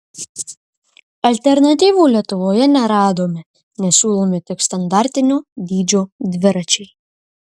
alternatyvų lietuvoje neradome nes siūlomi tik standartinio dydžio dviračiai